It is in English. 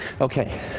Okay